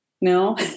No